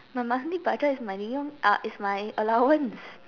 my monthly budget is my money uh is my allowance